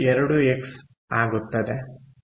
2ಎಕ್ಸ್ 1